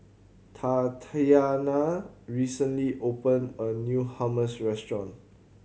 Tatianna recently opened a new Hummus Restaurant